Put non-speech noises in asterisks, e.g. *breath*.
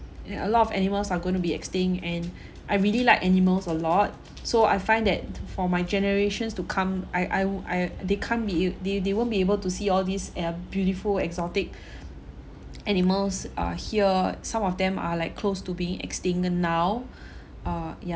yeah a lot of animals are gonna be extinct and I really like animals a lot so I find that for my generations to come I I I they can't be they they won't be able to see all these uh beautiful exotic *breath* animals uh here some of them are like close to being extinct now *breath* uh ya